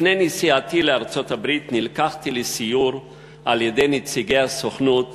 לפני נסיעתי לארצות-הברית נלקחתי לסיור על-ידי נציגי הסוכנות